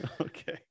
Okay